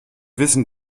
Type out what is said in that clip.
wissen